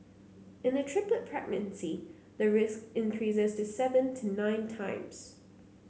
in a triplet pregnancy the risk increases to seven to nine times